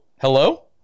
hello